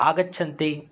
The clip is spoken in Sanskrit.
आगच्छन्ति